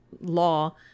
law